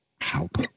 help